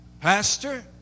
Pastor